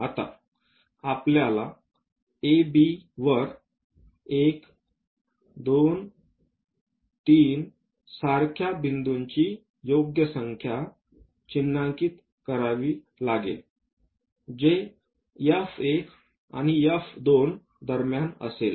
आता आपल्याला AB वर1 2 3 सारख्या बिंदूंची योग्य संख्या चिन्हांकित करावी लागेल जे F1 आणि F2 दरम्यान असेल